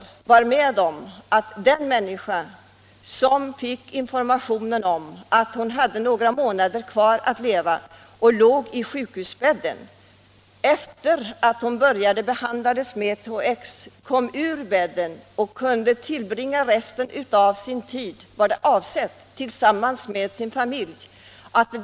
Jag var med om när en människa fick information om att hon hade några månader kvar att leva och låg i sjukhusbädden. Sedan hon hade börjat behandlas med THX kom hon ur bädden och skulle få tillbringa resten av sin tid, var det avsett, tillsammans med sin familj.